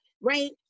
right